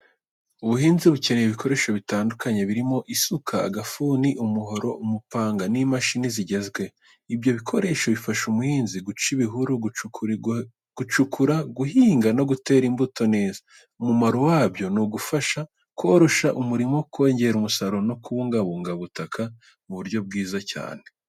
Ubuhinzi bukenera ibikoresho bitandukanye birimo isuka, agafuni, umuhoro, umupanga n’imashini zigezweho. Ibyo bikoresho bifasha umuhinzi guca ibihuru, gucukura, guhinga no gutera imbuto neza. Umumaro wabyo ni ugufasha koroshya umurimo, kongera umusaruro no kubungabunga ubutaka mu buryo bwiza cyane.